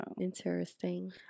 Interesting